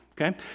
okay